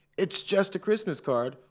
it's just a christmas card,